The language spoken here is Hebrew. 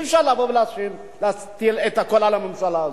אי-אפשר להטיל הכול על הממשלה הזאת,